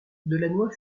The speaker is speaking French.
delannoy